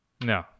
No